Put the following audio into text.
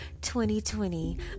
2020